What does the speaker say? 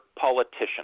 politician